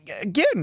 Again